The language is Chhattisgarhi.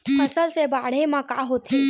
फसल से बाढ़े म का होथे?